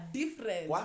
different